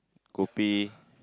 kopi